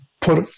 put